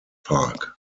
park